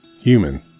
human